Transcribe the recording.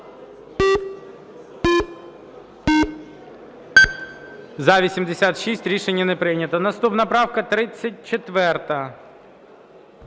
За-86 Рішення не прийнято. Наступна правка 34.